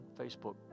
Facebook